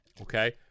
okay